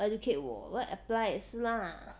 educate 我我要 apply 也是 lah